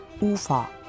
UFA